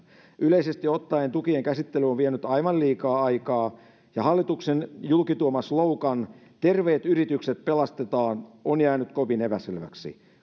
yleisesti ottaen tukien käsittely on vienyt aivan liikaa aikaa ja hallituksen julkituoma slogan terveet yritykset pelastetaan on jäänyt kovin epäselväksi